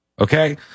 okay